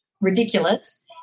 ridiculous